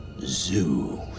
zoo